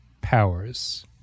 powers